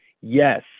Yes